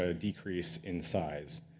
ah decrease in size.